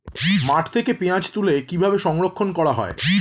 মাঠ থেকে পেঁয়াজ তুলে কিভাবে সংরক্ষণ করা হয়?